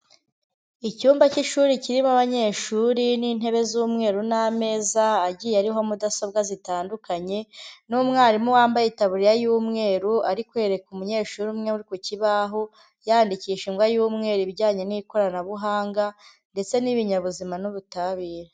Icyumba cy'ishuri kirimo abanyeshuri n'intebe z'umweru n'ameza agiye ariho mudasobwa zitandukanye n'umwarimu wambaye itaburiya y'umweru ari kwereka umunyeshuri umwe uri ku kibaho, yandikisha ingwa y'umweru ibijyanye n'ikoranabuhanga ndetse n'ibinyabuzima n'ubutabire.